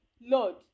Lord